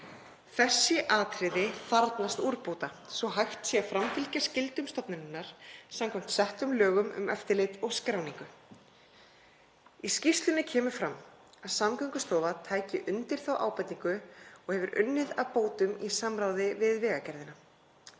Þessi atriði þarfnast úrbóta svo að hægt sé að framfylgja skyldum stofnunarinnar samkvæmt settum lögum um eftirlit og skráningu. Í skýrslunni kemur fram að Samgöngustofa taki undir þá ábendingu og hafi unnið að bótum í samráði við Vegagerðina.